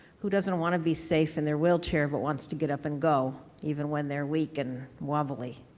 who doesn't want to be safe in their wheelchair but wants to get up and go even when they're weak and wobbly?